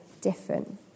different